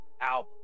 album